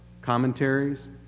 commentaries